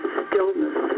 stillness